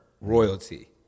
Royalty